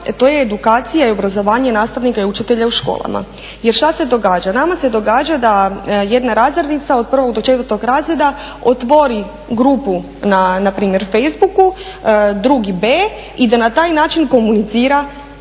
to je edukacija i obrazovanje nastavnika i učitelja u školama. Jer šta se događa? Nama se događa da jedna razrednica od 1. do 4. razreda otvori grupu na npr. Facebooku 2.b i da na taj način komunicira sa